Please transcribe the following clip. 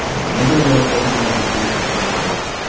a member-led organizing group in central brooklyn.